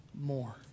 more